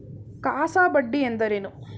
CASA ಬಡ್ಡಿ ಎಂದರೇನು?